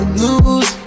lose